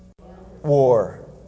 War